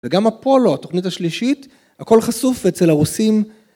וגם אפולו, התוכנית השלישית, הכל חשוף אצל הרוסים.